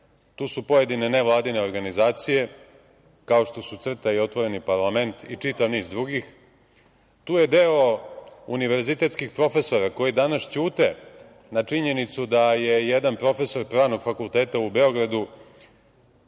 Tu su pojedine nevladine organizacije, kao što su CRTA i Otvoreni parlament i čitav niz drugih. Tu je deo univerzitetskih profesora koji danas ćute na činjenicu da je jedan profesor Pravnog fakulteta u Beogradu